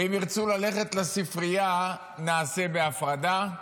ואם ירצו ללכת לספרייה, נעשה בהפרדה?